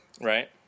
Right